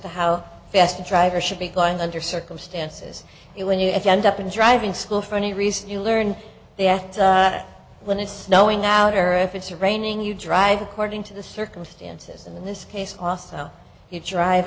to how fast a driver should be going under circumstances it when you if you end up in driving school for any reason you learn the act when it's snowing out or if it's raining you drive according to the circumstances in this case austin you drive